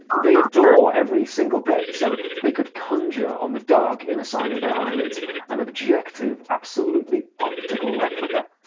they adore every single bit so they could conjure on the dark inner side of their eyelids an objective absolutely optical replica?